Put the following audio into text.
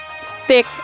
thick